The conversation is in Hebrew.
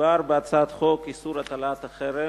מדובר בהצעת חוק איסור הטלת חרם,